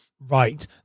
Right